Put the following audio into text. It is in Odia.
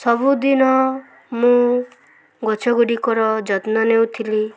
ସବୁଦିନ ମୁଁ ଗଛଗୁଡ଼ିକର ଯତ୍ନ ନେଉଥିଲି